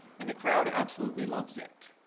and the crowd absolutely loves it.